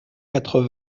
quatre